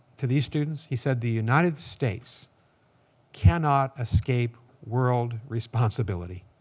to these students, he said the united states cannot escape world responsibility.